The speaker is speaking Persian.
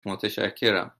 متشکرم